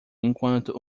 enquanto